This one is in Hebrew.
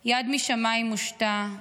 / יד משמיים הושטה /